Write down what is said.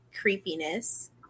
creepiness